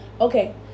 Okay